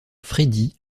freddy